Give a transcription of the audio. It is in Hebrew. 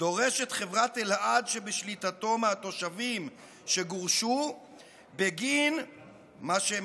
דורשת חברת אלעד שבשליטתו מהתושבים שגורשו בגין מה שהם